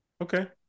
Okay